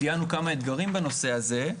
ציינו כמה אתגרים בנושא הזה.